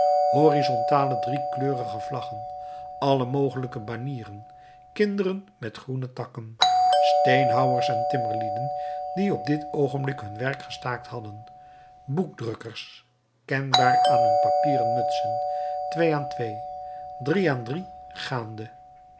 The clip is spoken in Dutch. horizontale driekleurige vlaggen alle mogelijke banieren kinderen met groene takken steenhouwers en timmerlieden die op dit oogenblik hun werk gestaakt hadden boekdrukkers kenbaar aan hun papieren mutsen twee aan twee drie aan drie gaande